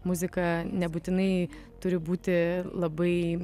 muzika nebūtinai turi būti labai